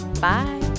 Bye